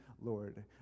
Lord